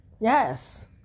Yes